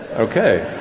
okay.